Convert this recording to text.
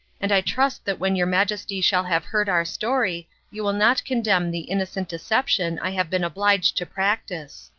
and i trust that when your majesty shall have heard our story you will not condemn the innocent deception i have been obliged to practise.